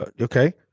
Okay